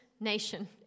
nation